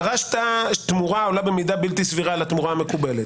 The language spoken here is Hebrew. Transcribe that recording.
דרשת תמורה העולה במידה בלתי סבירה על התמורה המקובלת,